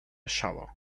shovel